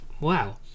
Wow